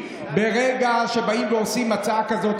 ברגע שבאים ועושים הצעה כזאת,